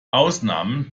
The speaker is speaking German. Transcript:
ausnahmen